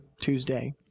Tuesday